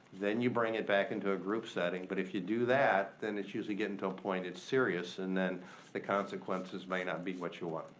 then you bring it back into a group setting. but if you do that, then it's usually gettin' to a point it's serious, and then the consequences may not be what you want.